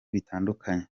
bitandukanye